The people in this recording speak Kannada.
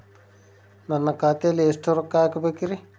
ನಾನು ಖಾತೆಯಲ್ಲಿ ಎಷ್ಟು ರೊಕ್ಕ ಹಾಕಬೇಕ್ರಿ?